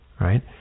right